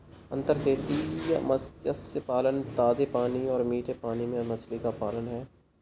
अंतर्देशीय मत्स्य पालन ताजे पानी और मीठे पानी में मछली का पालन है